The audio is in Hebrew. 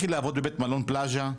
לכי לעבוד בבית מלון פלאזה?